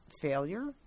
failure